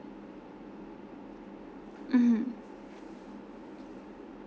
mmhmm